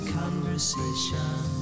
conversation